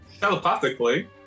Telepathically